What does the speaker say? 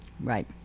Right